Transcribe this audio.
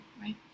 right